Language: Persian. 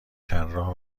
طراح